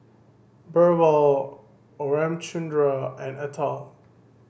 Birbal Ramchundra and Atal